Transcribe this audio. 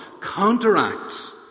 counteracts